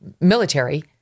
military